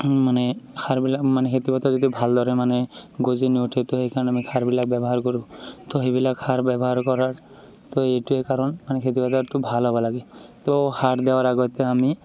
মানে সাৰবিলাক মানে খেতিপথাৰত যদি ভালদৰে মানে গজি নুঠে তো সেইকাৰণে মানে সাৰবিলাক ব্যৱহাৰ কৰোঁ তো সেইবিলাক সাৰ ব্যৱহাৰ কৰাৰ তো এইটোৱে কাৰণ মানে খেতিপথাৰটো ভাল হ'ব লাগে তো সাৰ দিয়াৰ আগতে আমি